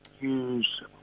use